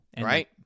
right